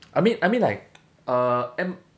I mean I mean like uh M~